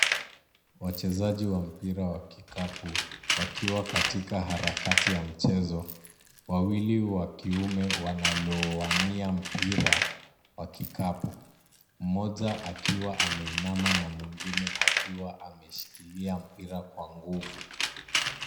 Wachezaji wa mpira wa kikapu, wakiwa katika harakati ya mchezo, wawili wa kiume wanaloania mpira, wa kikapu. Mmoja akiwa ameinama na mwingine akiwa ameshikilia mpira kwa nguvu.